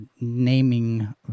naming